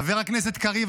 חבר הכנסת קריב,